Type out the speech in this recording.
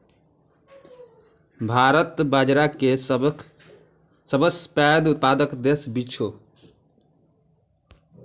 भारत बाजारा के सबसं पैघ उत्पादक देश छियै